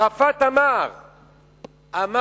ערפאת אמר במפורש: